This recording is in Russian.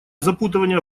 запутывание